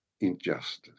injustice